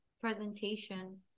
presentation